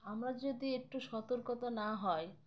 আমরা যদি একটু সতর্কতা না হয়